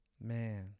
Man